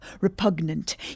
repugnant